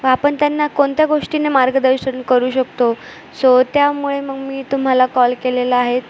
व आपण त्यांना कोनत्या गोष्टीने मार्गदर्शन करू शकतो सो त्यामुळे मग मी तुम्हाला कॉल केलेलं आहेत